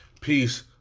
Peace